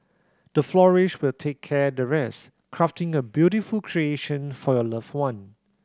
the florist will take care the rest crafting a beautiful creation for your loved one